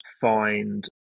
find